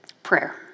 Prayer